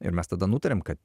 ir mes tada nutarėm kad